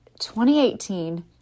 2018